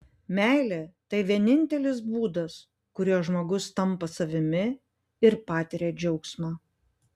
meilė tai vienintelis būdas kuriuo žmogus tampa savimi ir patiria džiaugsmą